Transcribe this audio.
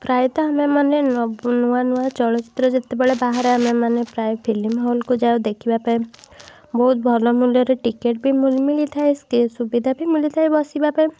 ପ୍ରାୟତଃ ଆମେମାନେ ନେବ ନୂଆ ନୂଆ ଚଳଚ୍ଚିତ୍ର ଯେତେବେଳେ ବାହାରେ ଆମେମାନେ ପ୍ରାୟ ଫିଲିମ୍ ହଲ୍କୁ ଯାଉ ଦେଖିବାପାଇଁ ବହୁତ ଭଲ ମୂଲ୍ୟରେ ଟିକେଟ୍ ବି ମିଳିଥାଏ ସ୍କେ ସୁବିଧା ବି ମିଳିଥାଏ ବସିବା ପାଇଁ